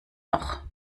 noch